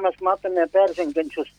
mes matome peržengiančius